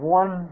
one